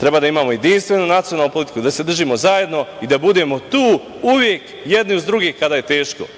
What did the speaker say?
Treba da imamo jedinstvenu nacionalnu politiku, da se držimo zajedno i da budemo tu uvek jedni uz druge kada je teško,